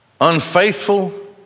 unfaithful